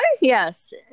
yes